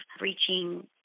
reaching